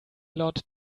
lot